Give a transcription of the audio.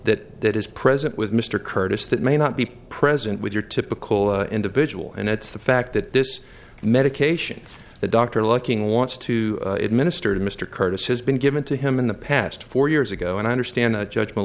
that that is present with mr curtis that may not be present with your typical individual and it's the fact that this medication the doctor looking wants to administer to mr curtis has been given to him in the past four years ago and i understand judgment